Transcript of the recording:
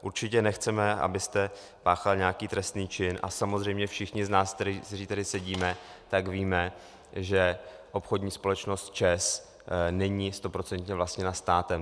Určitě nechceme, abyste páchal nějaký trestný čin, a samozřejmě všichni z nás, kteří tady sedíme, tak víme, že obchodní společnost ČEZ není stoprocentně vlastněna státem.